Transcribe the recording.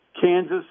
Kansas